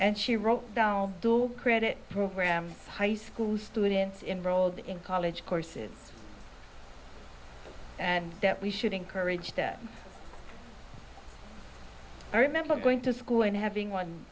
and she wrote the credit program high school students enrolled in college courses and that we should encourage that i remember going to school and having one